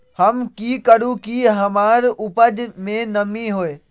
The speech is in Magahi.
हम की करू की हमार उपज में नमी होए?